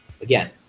again